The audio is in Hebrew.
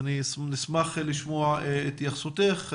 נשמח לשמוע את התייחסותך.